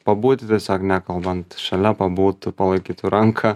pabūti tiesiog nekalbant šalia pabūt palaikytų ranką